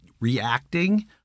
reacting